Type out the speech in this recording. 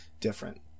different